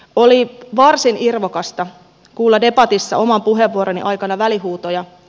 oli varsin irvokasta kuulla debatissa oman puheenvuoroni aikana välihuutoja